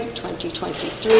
2023